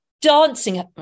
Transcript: Dancing